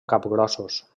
capgrossos